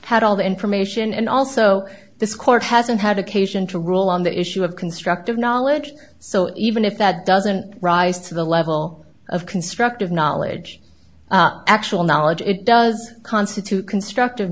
had all the information and also this court hasn't had occasion to rule on the issue of constructive knowledge so even if that doesn't rise to the level of constructive knowledge actual knowledge it does constitute constructive